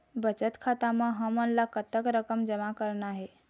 बचत खाता म हमन ला कतक रकम जमा करना हे?